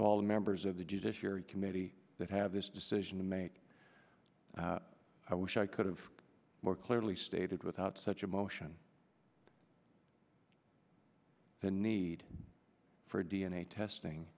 all the members of the judiciary committee that have this decision to make i wish i could have more clearly stated without such emotion the need for d n a testing